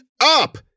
up